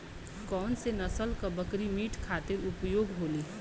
कौन से नसल क बकरी मीट खातिर उपयोग होली?